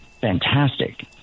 fantastic